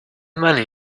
money